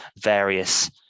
various